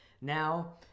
now